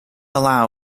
allow